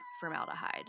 formaldehyde